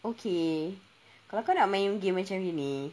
okay kalau kau nak main game macam ini